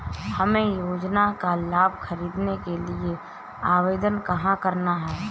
हमें योजना का लाभ ख़रीदने के लिए आवेदन कहाँ करना है?